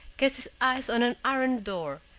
cast his eyes on an iron door,